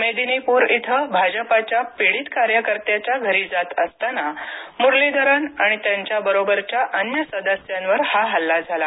मेदिनीपूर इथं भाजपाच्या पीडित कार्यकर्त्याच्या घरी जात असताना मुरलीधरन आणि त्यांच्या बरोबरच्या अन्य सदस्यावर हा हल्ला झाला